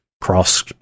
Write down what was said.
cross